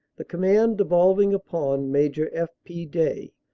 the command devolving upon major f. p. day.